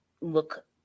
look